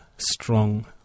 strong